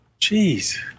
Jeez